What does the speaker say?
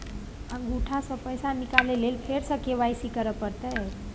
अंगूठा स पैसा निकाले लेल फेर स के.वाई.सी करै परतै?